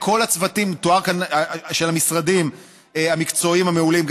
לכל הצוותים של המשרדים המקצועיים המעולים,